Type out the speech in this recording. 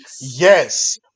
Yes